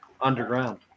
underground